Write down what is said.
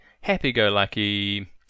happy-go-lucky